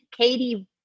Katie